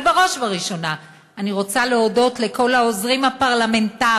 אבל בראש ובראשונה אני רוצה להודות לכל העוזרים הפרלמנטריים,